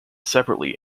separately